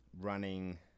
running